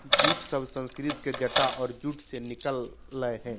jute शब्द संस्कृत के जटा और जूट से निकल लय हें